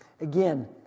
Again